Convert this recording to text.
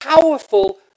powerful